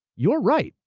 you're right.